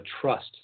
trust